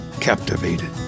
captivated